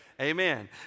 Amen